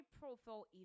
profile